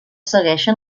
segueixen